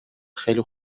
خیلی